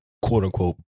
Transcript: quote-unquote